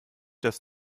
das